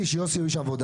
שלי, יוסי הוא איש עבודה.